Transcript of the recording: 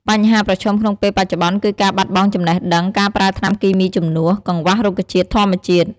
បញ្ហាប្រឈមក្នុងពេលបច្ចុប្បន្ន គឺការបាត់បង់ចំណេះដឹង, ការប្រើថ្នាំគីមីជំនួស, កង្វះរុក្ខជាតិធម្មជាតិ។